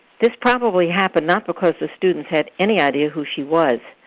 this probably happened not because the students had any idea who she was,